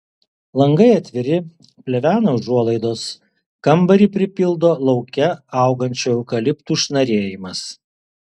langai atviri plevena užuolaidos kambarį pripildo lauke augančių eukaliptų šnarėjimas